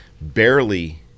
barely